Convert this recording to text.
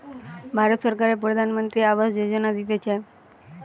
ভারত সরকারের প্রধানমন্ত্রী আবাস যোজনা দিতেছে